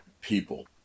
people